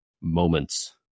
moments